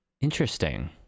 Interesting